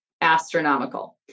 astronomical